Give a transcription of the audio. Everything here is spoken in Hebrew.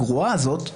הגרועה הזאת,